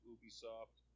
Ubisoft